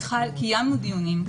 קיימנו דיונים,